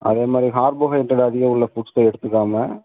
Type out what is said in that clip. அதே மாதிரி ஹார்போஹைட்ரேடு அதிக உள்ள ஃபுட்ஸை எடுத்துக்காம